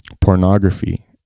pornography